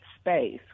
space